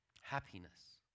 happiness